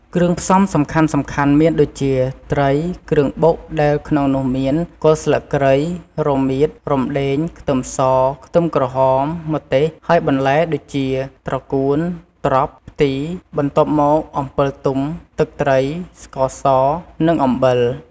គ្រឿងផ្សំសំខាន់ៗមានដូចជា ត្រី គ្រឿងបុកដែលក្នុងនោះមាន គល់ស្លឹកគ្រៃ រមៀត រំដេង ខ្ទឹមស ខ្ទឹមក្រហម ម្ទេស ហើយបន្លែដូចជា ត្រកួន ត្រប់ ផ្ទី បន្ទាប់មកអំពិលទុំ ទឹកត្រី ស្ករស និងអំបិល។